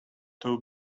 two